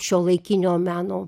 šiuolaikinio meno